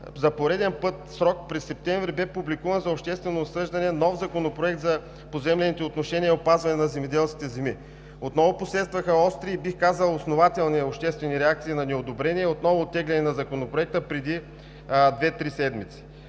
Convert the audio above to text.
за пореден път срок, през месец септември бе публикуван за обществено обсъждане нов законопроект за поземлените отношения и опазване на земеделските земи. Отново последваха остри и, бих казал, основателни обществени реакции на неодобрение, отново оттегляне на Законопроекта преди две-три седмици.